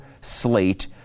slate